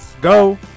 go